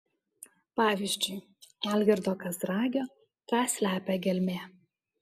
pavyzdžiui algirdo kazragio ką slepia gelmė